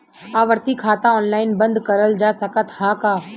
आवर्ती खाता ऑनलाइन बन्द करल जा सकत ह का?